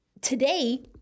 Today